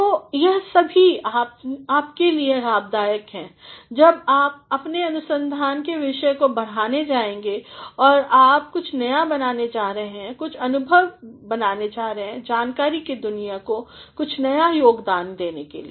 तो यह सभी आपके लिए लाभदायक है जब आप अपने अनुसंधान के विषय को बढ़ाने जाएंगे और आप कुछ नया बनाने जा रहे हैं कुछअभिनवबनाने जा रहे हैं जानकारी की दुनिया को कुछ नया योगदान देने के लिए